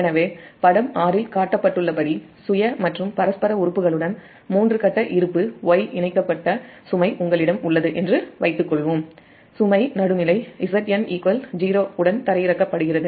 எனவே படம் 6 இல் காட்டப்பட்டுள்ளபடி சுய மற்றும் பரஸ்பர உறுப்புகளுடன் மூன்று கட்ட இருப்பு Y இணைக்கப்பட்ட சுமை உங்களிடம் உள்ளது என்று வைத்துக்கொள்வோம்சுமை நடுநிலை Zn 0 உடன் க்ரவுன்ட் செய்யப்படுகிறது